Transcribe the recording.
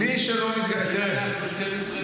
מי שלא מתגייס, יש נגדו סנקציות, איזה שאלה.